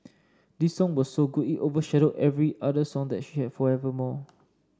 this song was so good it overshadowed every other song that she had forevermore